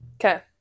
okay